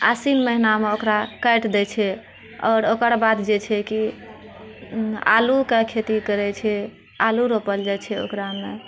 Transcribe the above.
आश्विन महिनामे ओकरा काटि दैत छै आओर ओकर बाद जे छै कि आलूके खेती करैत छै आलू रोपल जाइत छै ओकरामे